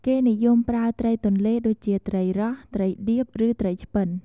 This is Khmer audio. គេនិយមប្រើត្រីទន្លេដូចជា ត្រីរ៉ស់ ត្រីឌៀប ឬត្រីឆ្ពិន។